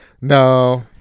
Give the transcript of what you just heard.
no